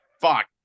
Fuck